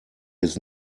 his